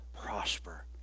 prosper